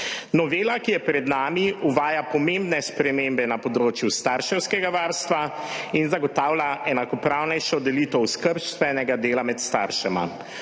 Novela, ki je pred nami, uvaja pomembne spremembe na področju starševskega varstva in zagotavlja enakopravnejšo delitev skrbstvenega dela med staršema.